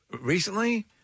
Recently